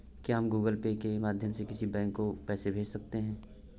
क्या हम Google Pay के माध्यम से किसी बैंक को पैसे भेज सकते हैं?